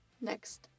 next